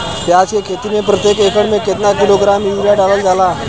प्याज के खेती में प्रतेक एकड़ में केतना किलोग्राम यूरिया डालल जाला?